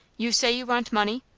you say you want money?